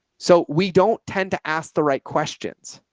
so we don't tend to ask the right questions.